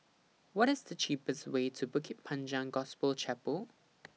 What IS The cheapest Way to Bukit Panjang Gospel Chapel